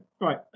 right